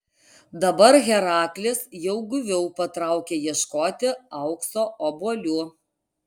dabar heraklis jau guviau patraukė ieškoti aukso obuolių